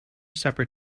supper